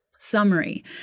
Summary